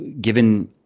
given